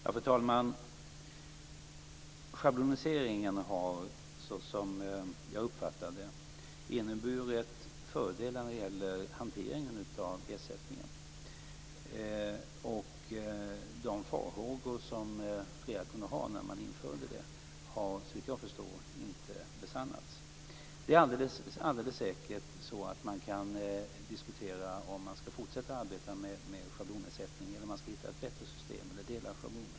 Fru talman! Schabloniseringen har, så som jag uppfattar det, inneburit fördelar när det gäller hanteringen av ersättningen. De farhågor som flera hade när man införde det har, såvitt jag förstår, inte besannats. Det är alldeles säkert så att man kan diskutera om man skall fortsätta arbeta med schablonersättning eller om man skall hitta ett bättre system.